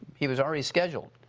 he was already scheduled.